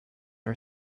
are